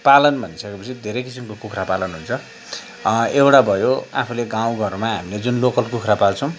पालन भनिसके पछि धेरै किसिमको कुखरा पालन हुन्छ एउटा भयो आफूले गाउँ घरमा हामीले जुन लोकल कुखुरा पाल्छौँ